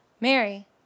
Mary